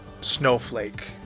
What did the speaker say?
snowflake